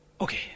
Okay